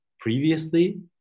previously